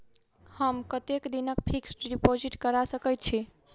हम कतेक दिनक फिक्स्ड डिपोजिट करा सकैत छी?